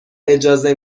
اجازه